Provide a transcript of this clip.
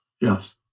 yes